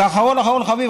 ואחרון אחרון חביב,